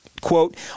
Quote